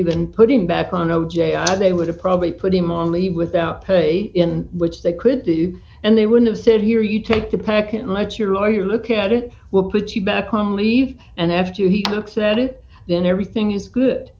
even put him back on o j i they would have probably put him on leave without pay in which they could do and they would have said here you take the pack and let your lawyer look at it we'll put you back on leave and after he looks at it then everything is good